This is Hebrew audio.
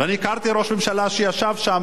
אני הכרתי ראש ממשלה שישב שם,